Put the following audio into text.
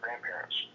grandparents